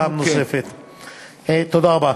תודה רבה.